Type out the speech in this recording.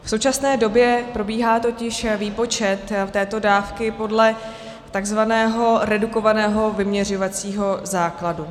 V současné době probíhá totiž výpočet této dávky podle tzv. redukovaného vyměřovacího základu.